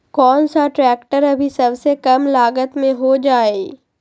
कौन सा ट्रैक्टर अभी सबसे कम लागत में हो जाइ?